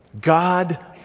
God